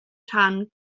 rhan